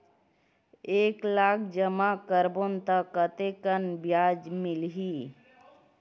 एक लाख जमा करबो त कतेकन ब्याज मिलही?